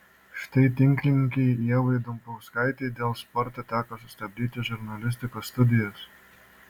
štai tinklininkei ievai dumbauskaitei dėl sporto teko sustabdyti žurnalistikos studijas